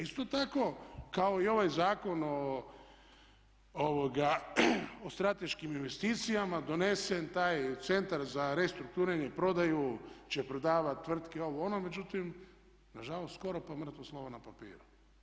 A isto tako kao i ovaj Zakon o strateškim investicijama donesen taj Centar za restrukturiranje i prodaju će prodavat tvrtke, ovo, ono međutim nažalost skoro pa mrtvo slovo na papiru.